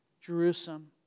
Jerusalem